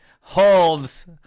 holds